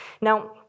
Now